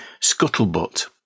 Scuttlebutt